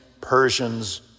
Persians